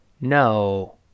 No